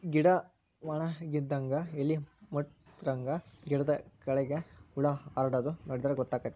ಗಿಡಾ ವನಗಿದಂಗ ಎಲಿ ಮುಟ್ರಾದಂಗ ಗಿಡದ ಕೆಳ್ಗ ಹುಳಾ ಹಾರಾಡುದ ನೋಡಿರ ಗೊತ್ತಕೈತಿ